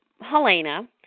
Helena